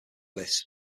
this